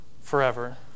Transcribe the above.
forever